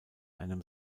einem